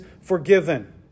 forgiven